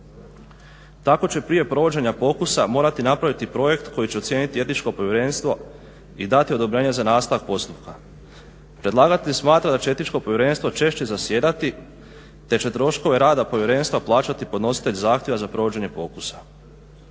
Tako će prije provođenja pokusa morati napraviti projekt koji će ocijeniti Etičko povjerenstvo i dati odobrenje za nastavak postupka. Predlagatelj smatra da će Etičko povjerenstvo češće zasjedati te će troškove rada povjerenstva plaćati podnositelj zahtjeva za provođenja pokusa.